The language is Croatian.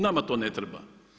Nama to ne treba.